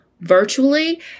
virtually